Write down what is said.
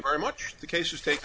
very much the case is taking